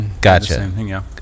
Gotcha